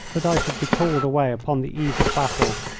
that i should be called away upon the eve of battle,